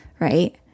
right